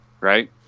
right